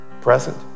present